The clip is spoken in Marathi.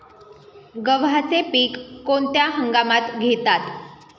गव्हाचे पीक कोणत्या हंगामात घेतात?